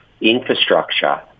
infrastructure